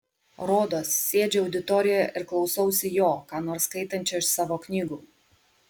rodos sėdžiu auditorijoje ir klausausi jo ką nors skaitančio iš savo knygų